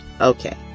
Okay